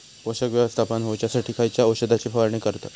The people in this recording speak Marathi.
पोषक व्यवस्थापन होऊच्यासाठी खयच्या औषधाची फवारणी करतत?